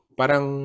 parang